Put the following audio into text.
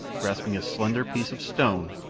grasping a slender piece of stone,